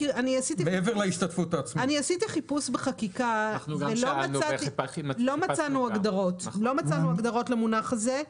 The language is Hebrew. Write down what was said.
עשיתי חיפוש בחקיקה, ולא מצאנו הגדרות למונח הזה.